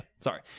Sorry